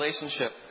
relationship